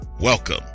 Welcome